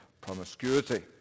promiscuity